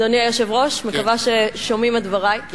אדוני היושב-ראש, מקווה ששומעים את דברי.